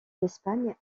d’espagne